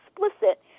explicit